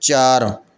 ਚਾਰ